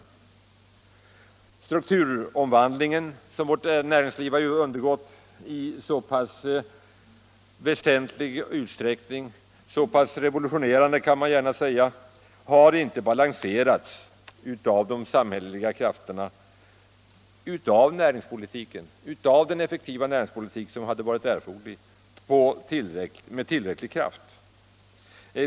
Den strukturomvandling som vårt näringsliv i så pass stor utsträckning har genomgått — man kanske kan säga att den har varit revolutionerande —- har inte balanserats av de samhälleliga krafterna så att vi har fått en effektiv näringspolitik med erforderlig kraft.